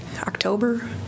October